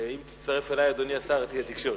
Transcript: אם תצטרף אלי, אדוני השר, תהיה תקשורת.